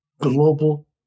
global